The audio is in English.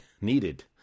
needed